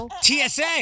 TSA